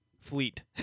fleet